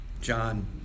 John